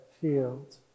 field